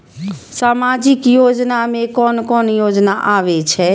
सामाजिक योजना में कोन कोन योजना आबै छै?